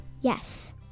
Yes